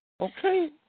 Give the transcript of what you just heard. Okay